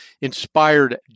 inspired